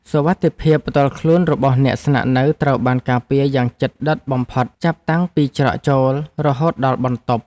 សុវត្ថិភាពផ្ទាល់ខ្លួនរបស់អ្នកស្នាក់នៅត្រូវបានការពារយ៉ាងជិតដិតបំផុតចាប់តាំងពីច្រកចូលរហូតដល់បន្ទប់។